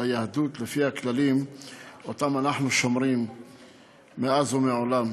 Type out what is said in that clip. וליהדות לפי הכללים שאנחנו שומרים עליהם מאז ומעולם,